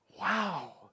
Wow